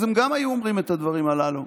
אז גם הם היו אומרים את הדברים הללו.